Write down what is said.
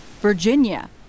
Virginia